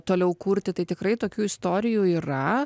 toliau kurti tai tikrai tokių istorijų yra